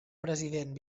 president